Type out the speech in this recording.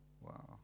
wow